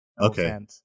Okay